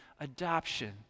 adoption